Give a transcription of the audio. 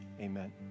amen